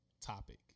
topic